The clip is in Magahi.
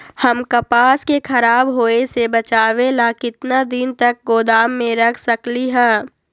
हम कपास के खराब होए से बचाबे ला कितना दिन तक गोदाम में रख सकली ह?